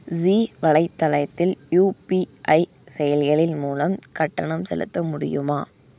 ஜீ வலைத்தளத்தில் யூபிஐ செயலிகளின் மூலம் கட்டணம் செலுத்த முடியுமா